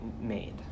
made